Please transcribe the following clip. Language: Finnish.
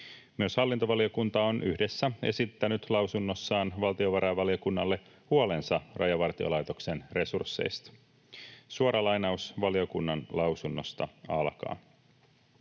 Myös hallintovaliokunta on yhdessä esittänyt lausunnossaan valtiovarainvaliokunnalle huolensa Rajavartiolaitoksen resursseista. Suora lainaus valiokunnan lausunnosta: